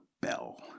bell